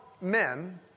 men